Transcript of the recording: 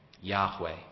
Yahweh